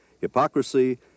hypocrisy